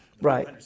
Right